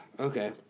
Okay